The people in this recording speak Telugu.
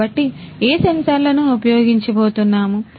కాబట్టి ఏ సెన్సార్లను ఉపయోగించే పోతున్నాము